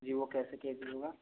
जी वो कैसे के जी होगा